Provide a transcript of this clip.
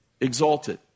exalted